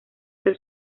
del